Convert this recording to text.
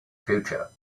future